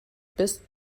bis